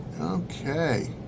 okay